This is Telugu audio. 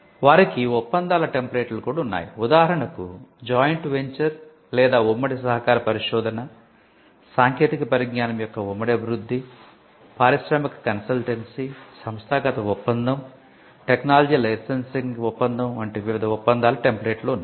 వారికి ఒప్పందాల టెంప్లేట్లు కూడా ఉన్నాయి ఉదాహరణకు జాయింట్ వెంచర్ లేదా ఉమ్మడి సహకార పరిశోధన సాంకేతిక పరిజ్ఞానం యొక్క ఉమ్మడి అభివృద్ధి పారిశ్రామిక కన్సల్టెన్సీ సంస్థాగత ఒప్పందం టెక్నాలజీ లైసెన్సింగ్ ఒప్పందం వంటి వివిధ ఒప్పందాల టెంప్లేట్లు ఉన్నాయి